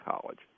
College